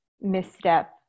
misstep